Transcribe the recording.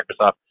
Microsoft